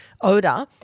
odor